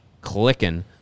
clicking